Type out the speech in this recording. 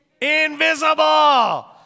invisible